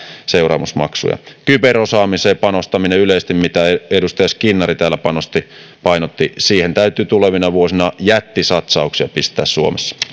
seuraamusmaksuja kyberosaamiseen panostaminen yleisesti mitä edustaja skinnari täällä painotti siihen täytyy tulevina vuosina jättisatsauksia pistää suomessa